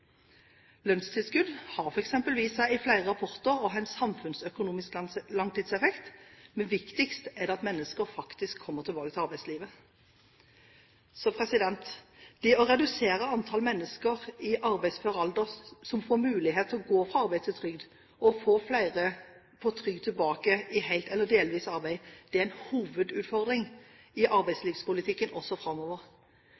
Lønnstilskudd har f.eks. vist seg i flere rapporter å ha en samfunnsøkonomisk langtidseffekt, men viktigst er det at mennesker faktisk kommer tilbake til arbeidslivet. Så det å redusere antall mennesker i arbeidsfør alder som får mulighet til å gå fra arbeid til trygd, og få flere på trygd tilbake helt eller delvis i arbeid, er en hovedutfordring i